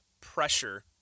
pressure